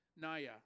Naya